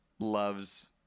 loves